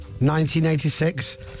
1986